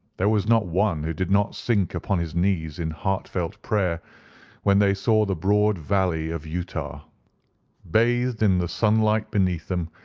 there was not one who did not sink upon his knees in heartfelt prayer when they saw the broad valley of utah bathed in the sunlight beneath them,